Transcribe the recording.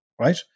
right